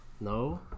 No